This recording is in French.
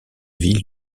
ville